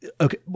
Okay